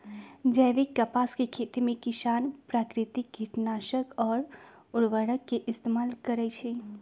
जैविक कपास के खेती में किसान प्राकिरतिक किटनाशक आ उरवरक के इस्तेमाल करई छई